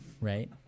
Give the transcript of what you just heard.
Right